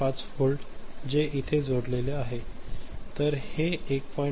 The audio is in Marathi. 5 व्होल्ट जे इथे जोडलेले आहे तर हे 1